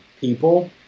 people